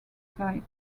site